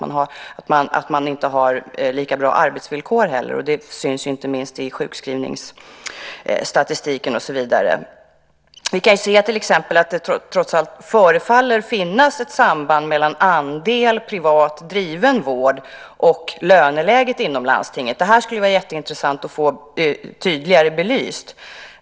Man har alltså inte heller lika bra arbetsvillkor, vilket inte minst syns i sjukskrivningsstatistiken. Vi kan se, för att ta ett exempel, att det trots allt förefaller att finnas ett samband mellan andelen privat driven vård och löneläget inom landstinget. Det skulle vara mycket intressant att få detta ytterligare belyst.